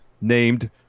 named